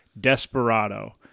desperado